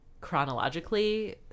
Chronologically